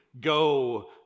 go